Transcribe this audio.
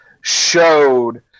showed